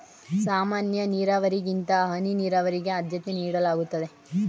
ಸಾಮಾನ್ಯ ನೀರಾವರಿಗಿಂತ ಹನಿ ನೀರಾವರಿಗೆ ಆದ್ಯತೆ ನೀಡಲಾಗುತ್ತದೆ